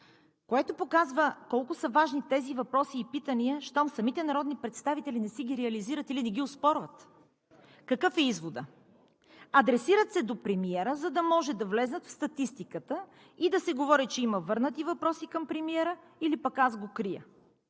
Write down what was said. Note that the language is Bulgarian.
което показва колко са важни тези въпроси и питания, щом самите народни представители не си ги реализират или не ги оспорват. Какъв е изводът? Адресират се до премиера, за да може да влязат в статистиката и да се говори, че има върнати въпроси към премиера или пък аз го крия.